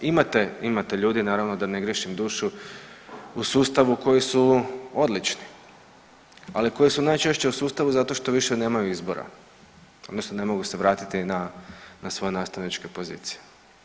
Imate ljudi naravno da ne griješim dušu u sustavu koji su odlični, ali koji su najčešće u sustavu zato što više nemaju izbora, odnosno ne mogu se vratiti na svoje nastavničke pozicije.